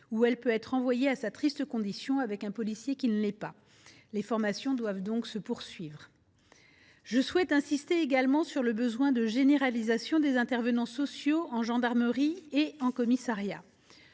elle peut être renvoyée à sa triste condition avec un policier qui ne l’est pas. Les formations doivent donc se poursuivre. Je souhaite également insister sur le besoin de généraliser le recours aux intervenants sociaux en gendarmerie et en commissariat.